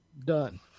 done